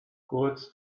kurz